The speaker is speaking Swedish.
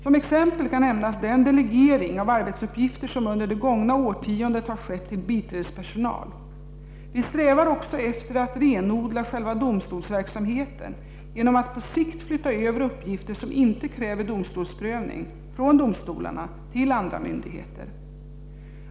Som exempel kan nämnas den delegering av arbetsuppgifter som under det gångna årtiondet har skett till biträdespersonal. Vi strävar också efter att renodla själva domstolsverksamheten genom att på sikt flytta över uppgifter som inte kräver domstolsprövning från domstolarna till andra myndigheter.